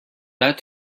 that